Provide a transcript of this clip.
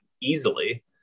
easily